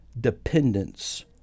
dependence